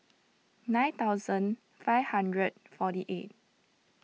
nine thousand five hundred forty eight